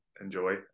enjoy